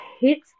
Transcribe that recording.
hits